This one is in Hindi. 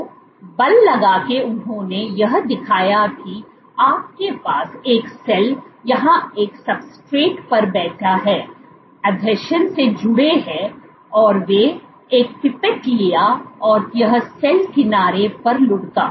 तो बल लगाके उन्होंने यह दिखाया कि आपके पास एक सेल यहां एक सब्सट्रेट पर बैठे आसंजन से जुड़े है और वह एक पिपेट लिया और यह सेल किनारे पर लुढ़का